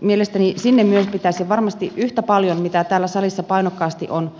mielestäni sinne myös pitäisi varmasti yhtä paljon mitä täällä salissa painokkaasti on